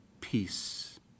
peace